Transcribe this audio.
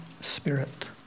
Spirit